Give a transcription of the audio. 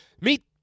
Meet